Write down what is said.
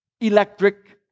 electric